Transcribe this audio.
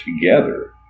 together